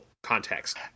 Context